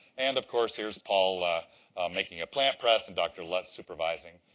and, of course, here's paul ah making a plant press and dr. lutz supervising.